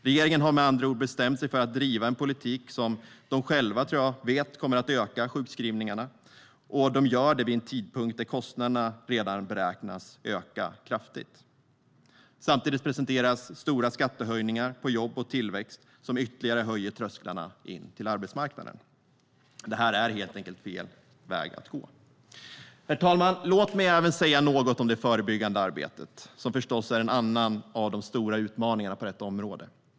Regeringen har med andra ord bestämt sig för att driva en politik som de själva, tror jag, vet kommer att öka sjukskrivningarna, och de gör det vid en tidpunkt då kostnaderna redan beräknas öka kraftigt. Samtidigt presenteras stora skattehöjningar på jobb och tillväxt som ytterligare höjer trösklarna in till arbetsmarknaden. Det är helt enkelt fel väg att gå. Herr talman! Låt mig även säga något om det förebyggande arbetet, som förstås är en annan av de stora utmaningarna på detta område.